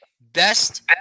Best